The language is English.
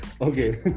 Okay